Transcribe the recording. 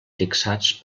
fixats